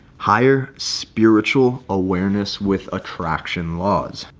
higher spiritual awareness with attraction laws,